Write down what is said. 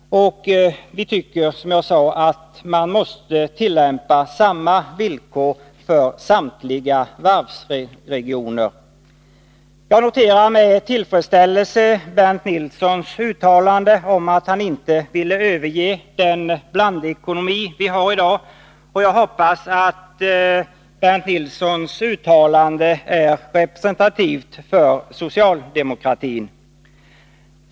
Enligt vår mening måste som sagt samma villkor gälla för samtliga varvsregioner. Jag noterar med tillfredsställelse att Bernt Nilsson uttalar att han inte vill överge den blandekonomi som vi har i dag. Jag hoppas att hans uttalande är representativt för socialdemokratin.